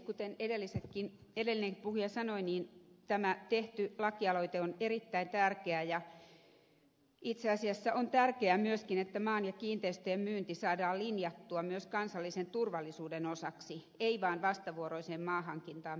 kuten edellinenkin puhuja sanoi niin tämä tehty lakialoite on erittäin tärkeä ja itse asiassa on tärkeää myöskin että maan ja kiinteistöjen myynti saadaan linjattua myös kansallisen turvallisuuden osaksi ei vaan vastavuoroiseen maanhankintaan perustuvaksi